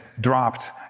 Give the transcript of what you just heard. dropped